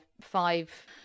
five